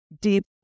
deep